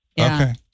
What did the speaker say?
Okay